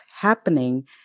happening